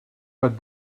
but